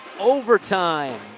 Overtime